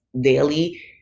daily